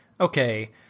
Okay